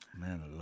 Man